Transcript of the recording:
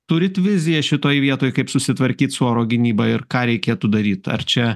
turit viziją šitoj vietoj kaip susitvarkyt su oro gynyba ir ką reikėtų daryt ar čia